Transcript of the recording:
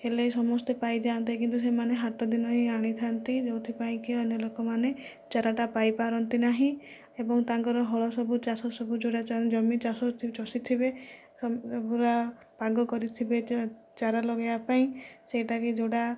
ହେଲେ ସମସ୍ତେ ପାଇଯାଆନ୍ତେ କିନ୍ତୁ ସେମାନେ ହାଟ ଦିନ ହିଁ ଆଣିଥାନ୍ତି ଯେଉଁଥିପାଇଁ କି ଅନ୍ୟ ଲୋକମାନେ ଚାରାଟା ପାଇ ପାରନ୍ତି ନାହିଁ ଏବଂ ତାଙ୍କର ହଳ ସବୁ ଚାଷ ସବୁ ଯେଉଁଟା ଜମି ଚାଷ ଚଷୀ ଥିବେ ପୁରା ପାଗ କରିଥିବେ ଚାରା ଲଗାଇବା ପାଇଁ ସେହିଟା କି ଯେଉଁଟା